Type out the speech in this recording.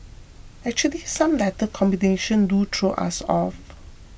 actually some letter combination do throw us off